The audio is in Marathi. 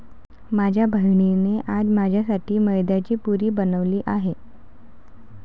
माझ्या बहिणीने आज माझ्यासाठी मैद्याची पुरी बनवली आहे